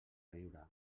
riure